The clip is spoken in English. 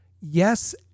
Yes